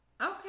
Okay